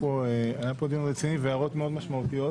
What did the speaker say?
דיון רציני והערות מאוד משמעותיות.